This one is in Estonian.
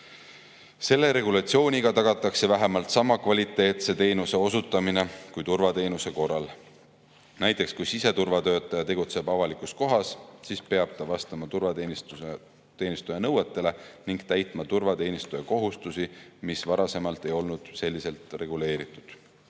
Selle regulatsiooniga tagatakse vähemalt sama kvaliteediga teenuse osutamine kui turvateenuse korral. Näiteks kui siseturvatöötaja tegutseb avalikus kohas, siis peab ta vastama turvateenistuja nõuetele ning täitma turvateenistuja kohustusi, mis varasemalt ei olnud selliselt reguleeritud. Eelnõus